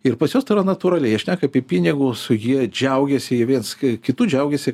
ir pas juos tai yra natūraliai jie šneka apie pinigus jie džiaugiasi jie viens kitu džiaugiasi